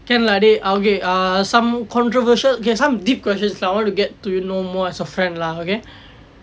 can lah dey okay err some controversial okay some deep questions I want to get you know more as a friend lah okay